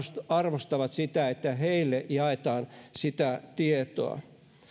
arvostavat sitä että heille jaetaan sitä tietoa uskon että